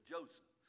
Joseph